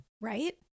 Right